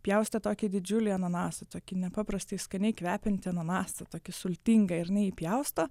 pjaustė tokį didžiulį ananasą tokį nepaprastai skaniai kvepiantį ananasą tokį sultingą ir jinai jį pjausto